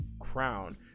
crown